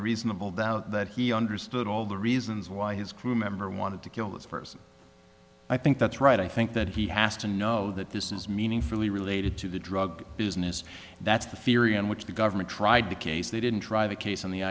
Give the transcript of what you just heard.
a reasonable doubt that he understood all the reasons why his crewmember wanted to kill this person i think that's right i think that he has to know that this is meaningfully related to the drug business that's the theory in which the government tried the case they didn't try the case on the